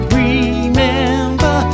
remember